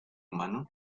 humano